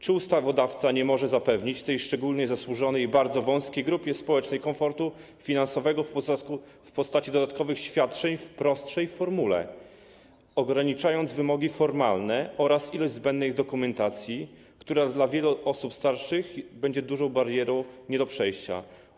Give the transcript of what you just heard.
Czy ustawodawca nie może zapewnić tej szczególnie zasłużonej i bardzo wąskiej grupie społecznej komfortu finansowego w postaci dodatkowych świadczeń w prostszej formule, ograniczając wymogi formalne oraz ilość zbędnej dokumentacji, która dla wielu osób starszych będzie dużą barierą, barierą nie do przejścia?